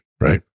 right